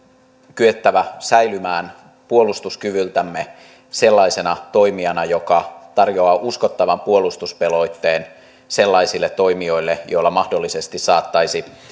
kyettävä säilymään puolustuskyvyltämme sellaisena toimijana joka tarjoaa uskottavan puolustuspelotteen sellaisille toimijoille joilla mahdollisesti saattaisi